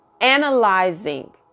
analyzing